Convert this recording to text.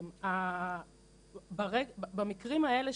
במקרים האלה,